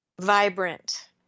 vibrant